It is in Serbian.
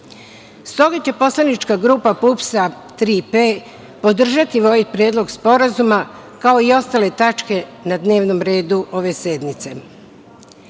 Stoga će poslanička grupa PUPS – „Tri P“ podržati ovaj Predlog sporazuma, kao i ostale tačke na dnevnom redu ove sednice. Sporazum